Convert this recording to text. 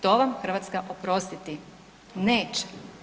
To vam Hrvatska oprostiti neće.